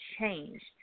changed